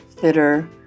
fitter